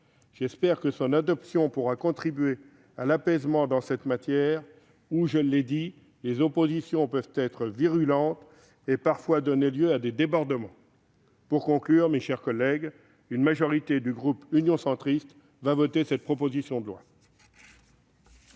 J'espère que son adoption pourra contribuer à l'apaisement dans ce domaine où, je l'ai dit, les oppositions peuvent être virulentes et parfois donner lieu à des débordements. Pour conclure, madame la secrétaire d'État, mes chers collègues, une majorité du groupe Union Centriste votera cette proposition de loi.